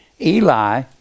Eli